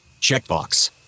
Checkbox